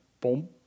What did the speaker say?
boom